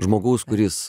žmogaus kuris